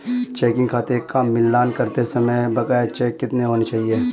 Checking खाते का मिलान करते समय बकाया चेक कितने होने चाहिए?